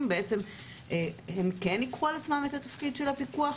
הם כן ייקחו על עצמם את התפקיד של הפיקוח,